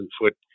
foot